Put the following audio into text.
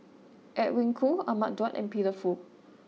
Edwin Koo Ahmad Daud and Peter Fu